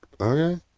Okay